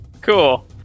Cool